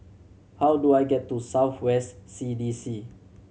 how do I get to South West C D C